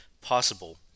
possible